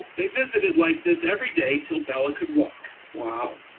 they visited like this every day till bella could walk. wow.